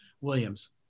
Williams